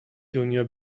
دنیا